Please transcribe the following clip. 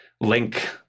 link